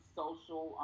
social